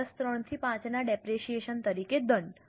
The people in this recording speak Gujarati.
વર્ષ 3 થી 5 ના ડેપરેશીયેશન તરીકે દંડ